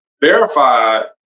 verified